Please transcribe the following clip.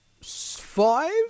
five